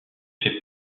fait